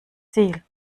ziel